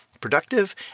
productive